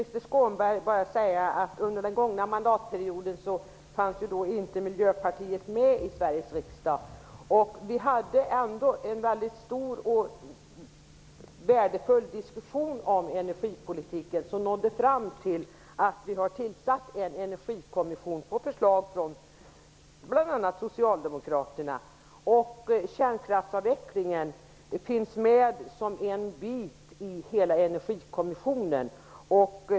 Herr talman! Under den gångna mandatperioden fanns inte Miljöpartiet med i Sveriges riksdag, Krister Skånberg. Vi hade ändå en mycket stor och värdefull diskussion om energipolitiken som ledde fram till att vi tillsatte en energikommission på förslag från bl.a. Kärnkraftsavvecklingen finns med som en bit i hela Energikommissionen.